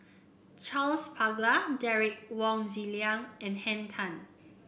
Charles Paglar Derek Wong Zi Liang and Henn Tan